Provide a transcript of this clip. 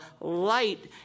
light